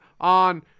on